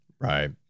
Right